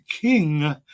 king